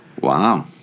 Wow